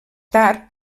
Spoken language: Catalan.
tard